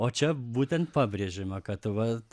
o čia būtent pabrėžiama kad vat